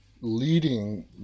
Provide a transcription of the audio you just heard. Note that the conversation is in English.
Leading